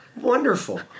Wonderful